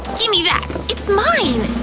gimme that, it's mine!